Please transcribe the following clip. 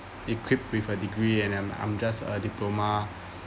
equipped with a degree and um I'm just a diploma